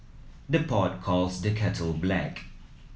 the pot calls the kettle black